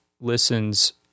listens